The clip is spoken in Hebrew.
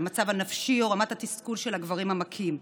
המצב הנפשי או רמת התסכול של הגברים המכים,